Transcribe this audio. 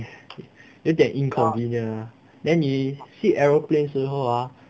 有点 inconvenient ah then 你 hit aeroplane 时候啊